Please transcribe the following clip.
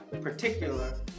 particular